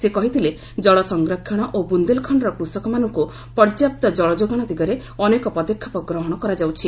ସେ କହିଥିଲେ ଜଳ ସଂରକ୍ଷଣ ଓ ବ୍ରନ୍ଦେଲ୍ଖଣର କୃଷକମାନଙ୍କୁ ପର୍ଯ୍ୟାପ୍ତ ଜଳ ଯୋଗାଣ ଦିଗରେ ଅନେକ ପଦକ୍ଷେପ ଗ୍ରହଣ କରାଯାଉଛି